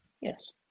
Yes